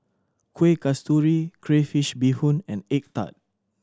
Kueh Kasturi crayfish beehoon and egg tart